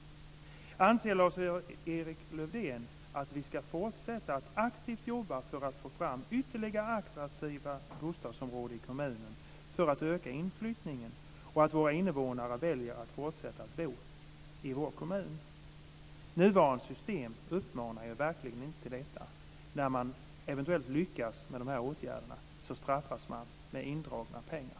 Anser Lars-Erik Lövdén att vi ska fortsätta att aktivt jobba för att få fram ytterligare attraktiva bostadsområden i kommunen, för att öka inflyttningen och för att våra invånare ska välja att fortsätta att bo i vår kommun? Nuvarande system uppmanar verkligen inte till detta. När man eventuellt lyckas med de här åtgärderna straffas man med indragna pengar.